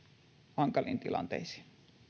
hankaliin tilanteisiin